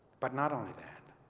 but not only that,